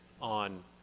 on